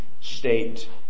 state